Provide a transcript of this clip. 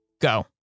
Go